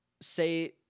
say